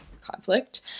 conflict